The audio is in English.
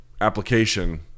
application